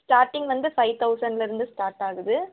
starting வந்து five தௌசண்ட்டில் இருந்து ஸ்டார்ட் ஆகுது